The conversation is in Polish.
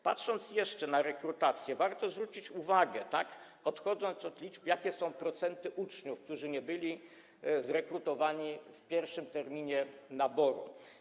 Patrząc jeszcze na rekrutację, warto zwrócić uwagę, odchodząc od liczb, jaki jest procent uczniów, którzy nie byli zrekrutowani w pierwszym terminie naboru.